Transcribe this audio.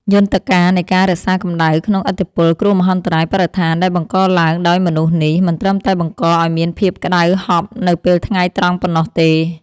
យន្តការនៃការរក្សាកម្ដៅក្នុងឥទ្ធិពល គ្រោះមហន្តរាយបរិស្ថានដែលបង្កឡើងដោយមនុស្សនេះ មិនត្រឹមតែបង្កឱ្យមានភាពក្ដៅហប់នៅពេលថ្ងៃត្រង់ប៉ុណ្ណោះទេ។